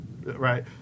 right